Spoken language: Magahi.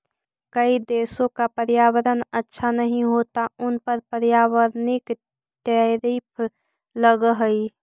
कई देशों का पर्यावरण अच्छा नहीं होता उन पर पर्यावरणिक टैरिफ लगअ हई